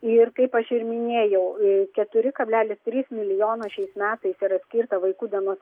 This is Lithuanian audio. ir kaip aš ir minėjau keturi kablelis trys milijono šiais metais yra skirta vaikų dienos